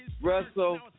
Russell